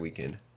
Weekend